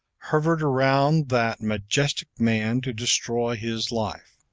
hovered around that majestic man to destroy his life.